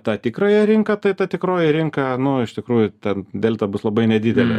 tą tikrąją rinką tai ta tikroji rinka nu iš tikrųjų ten delta bus labai nedidelė